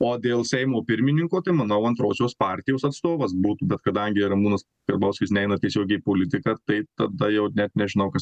o dėl seimo pirmininko tai manau antrosios partijos atstovas būtų bet kadangi ramūnas karbauskis neina tiesiogiai į politiką tai tada jau net nežinau kas